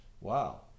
Wow